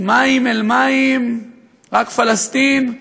ממים אל מים רק פלסטין.